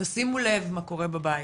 תשימו לב מה קורה בבית,